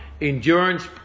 endurance